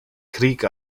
krieg